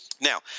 Now